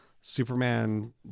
Superman